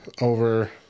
over